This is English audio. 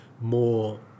more